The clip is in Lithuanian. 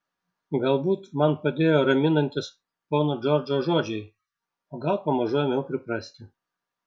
galbūt man padėjo raminantys pono džordžo žodžiai o gal pamažu ėmiau priprasti